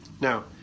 Now